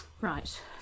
right